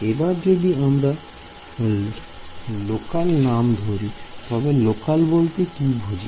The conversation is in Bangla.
এবার যদি আমরা লোকাল নাম ধরি তবে লোকাল বলতে কি বুঝি